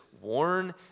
warn